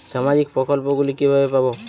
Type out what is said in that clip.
সামাজিক প্রকল্প গুলি কিভাবে পাব?